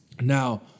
Now